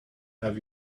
have